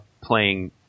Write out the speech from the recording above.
playing